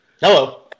Hello